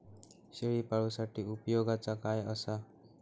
शेळीपाळूसाठी उपयोगाचा काय असा?